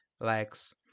legs